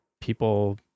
people